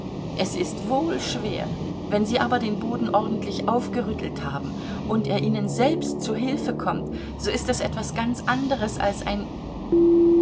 es ist wohl schwer wenn sie aber den boden ordentlich aufgerüttelt haben und er ihnen selbst zu hilfe kommt so ist das etwas ganz anderes als ein